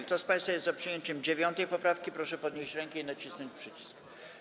Kto z państwa jest za przyjęciem 9. poprawki, proszę podnieść rękę i nacisnąć przycisk.